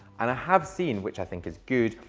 and i have seen, which i think is good,